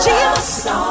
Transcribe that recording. Jesus